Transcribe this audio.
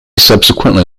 subsequently